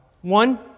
One